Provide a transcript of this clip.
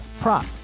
prop